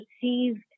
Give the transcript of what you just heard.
perceived